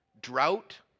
Drought